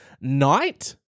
night